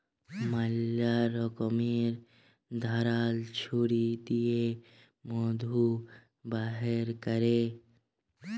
ম্যালা রকমের ধারাল ছুরি দিঁয়ে মধু বাইর ক্যরে